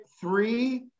three